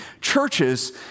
churches